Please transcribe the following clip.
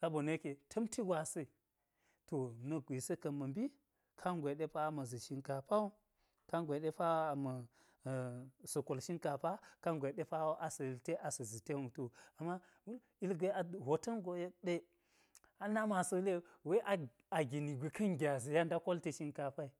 sabona̱ yeke ta̱mti gwasi, to nak gwisi ka̱n ma̱ mbi kangwe ɗe pawo a ma̱zi shinkafa wu, kangwe ɗe pa asa̱ kol shinkafa kangwe pawo asa̱ yilte asa̱ zi ten wutu wu, ama ilgwe a hwota̱n go yek ɗe hal nami asa̱ wule we a gini gwi ka̱n gyazi yada kolti shinfa yi